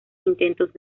intentos